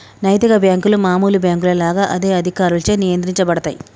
నైతిక బ్యేంకులు మామూలు బ్యేంకుల లాగా అదే అధికారులచే నియంత్రించబడతయ్